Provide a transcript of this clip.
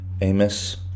Amos